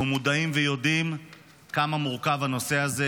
אנחנו מודעים ויודעים כמה מורכב הנושא הזה.